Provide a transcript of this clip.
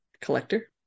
collector